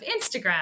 Instagram